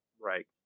Right